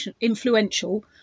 influential